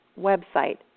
website